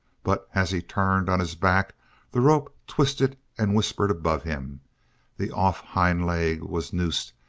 but as he turned on his back the rope twisted and whispered above him the off hind leg was noosed,